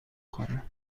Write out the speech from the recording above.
خورم